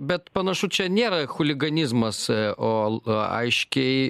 bet panašu čia nėra chuliganizmas o aiškiai